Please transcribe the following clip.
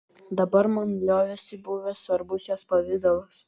dabar man liovėsi buvęs svarbus jos pavidalas